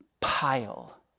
pile